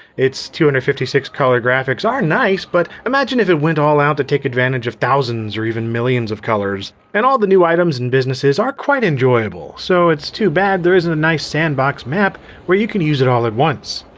its two hundred and fifty six color graphics are nice, but imagine if it went all out to take advantage of thousands or even millions of colors. and all the new items and businesses are quite enjoyable, so it's too bad there isn't a nice sandbox map where you can use it all at once.